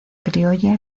criolla